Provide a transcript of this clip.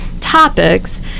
topics